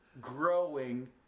Growing